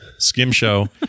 Skimshow